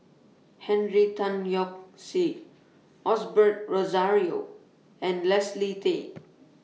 Henry Tan Yoke See Osbert Rozario and Leslie Tay